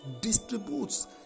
distributes